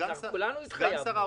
כולנו התחייבנו.